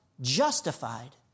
justified